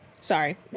Sorry